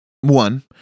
one